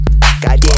Goddamn